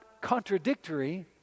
contradictory